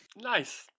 Nice